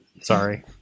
Sorry